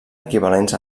equivalents